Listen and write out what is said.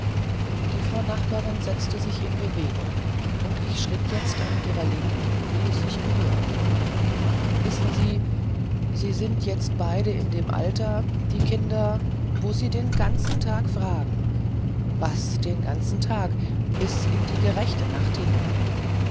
die frau nachbarin setzte sich in bewegung und ich schritt jetzt an ihrer linken wie es sich gehört wissen sie sie sind jetzt beide in dem alter die kinder wo sie den ganzen tag fragen was den ganzen tag bis in die gerechte nacht hinein